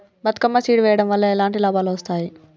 Bathukamma seed వెయ్యడం వల్ల ఎలాంటి లాభాలు వస్తాయి?